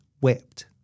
wept